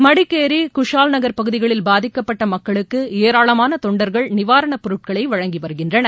மடிக்கேரி குஷால்நகர் பகுதிகளில் பாதிக்கப்பட்ட மக்களுக்கு ஏராளமான தொண்டர்கள் நிவாரணப் பொருட்களை வழங்கி வருகின்றனர்